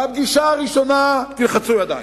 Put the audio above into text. בפגישה הראשונה תלחצו ידיים,